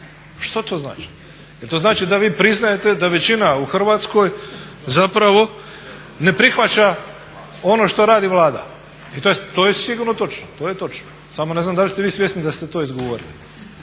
Što to znači? Jel' to znači da vi priznajete da većina u Hrvatskoj zapravo ne prihvaća ono što radi Vlada? I to je sigurno točno. To je točno, samo ne znam da li ste vi svjesni da ste to izgovorili.